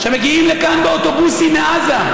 שמגיעים לכאן באוטובוסים מעזה.